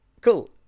Cool